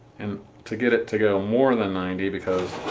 and to get it to go more than ninety because